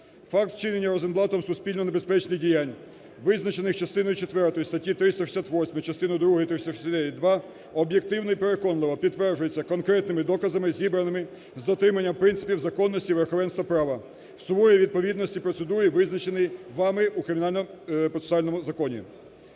Факт вчинення Розенблатом суспільно небезпечної діянь, визначених частиною четвертою статті 368, частиною другою 369-2, об'єктивно і переконливо підтверджується конкретними доказами, зібраними з дотриманням принципів законності верховенства права в суворій відповідності процедурі, визначеній вами у кримінально-процесуальному законі.